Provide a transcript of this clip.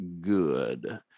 good